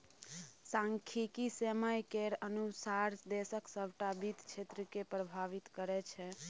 सांख्यिकी समय केर अनुसार देशक सभटा वित्त क्षेत्रकेँ प्रभावित करैत छै